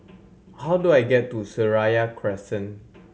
how do I get to Seraya Crescent